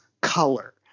color